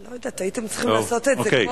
אני לא יודעת, הייתם צריכים לעשות את זה קודם.